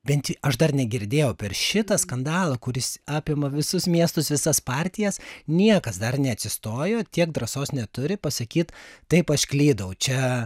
bent aš dar negirdėjau per šitą skandalą kuris apima visus miestus visas partijas niekas dar neatsistojo tiek drąsos neturi pasakyt taip aš klydau čia